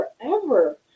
forever